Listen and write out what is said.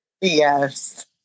yes